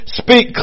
speak